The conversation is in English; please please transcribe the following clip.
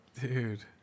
dude